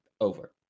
over